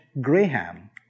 Graham